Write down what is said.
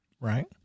Right